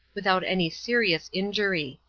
without any serious injury.